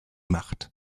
macht